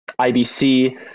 ibc